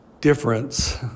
difference